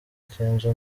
kenzo